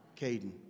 Caden